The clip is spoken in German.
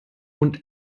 und